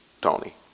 Tony